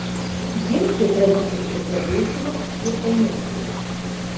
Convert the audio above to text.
dirbti tradiciškai pradėsime su energija